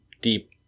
deep